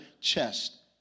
chest